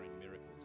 miracles